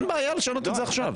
אין בעיה לשנות את זה עכשיו.